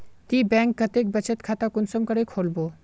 ती बैंक कतेक बचत खाता कुंसम करे खोलबो?